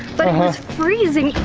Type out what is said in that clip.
but it was freezing,